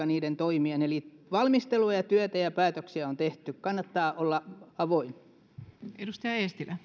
niiden toimien aika eli valmistelua ja työtä ja päätöksiä on tehty kannattaa olla avoin